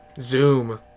Zoom